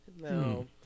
No